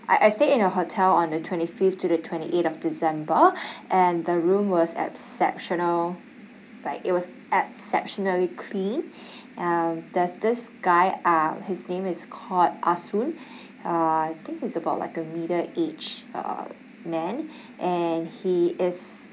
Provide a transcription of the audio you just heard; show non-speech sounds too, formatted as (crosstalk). I I stayed in a hotel on the twenty fifth to the twenty eighth of december (breath) and the room was exceptional like it was exceptionally clean (breath) um there's this guy ah his name is called ah soon (breath) uh I think he's about like a middle aged uh man (breath) and he is